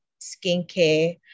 skincare